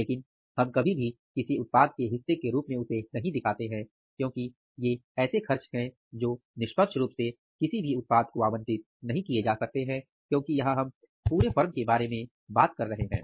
लेकिन हम कभी भी किसी उत्पाद के हिस्से के रूप में उसे नहीं दिखाते हैं क्योंकि ये ऐसे खर्च हैं जो निष्पक्ष रूप से किसी भी उत्पाद को आवंटित नहीं किये जा सकते हैं क्योंकि यहां हम पूरे फर्म के बारे में बात कर रहे हैं